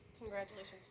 Congratulations